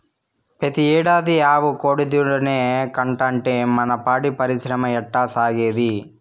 పెతీ ఏడాది ఆవు కోడెదూడనే కంటాంటే మన పాడి పరిశ్రమ ఎట్టాసాగేది